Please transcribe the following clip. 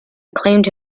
acclaimed